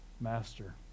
master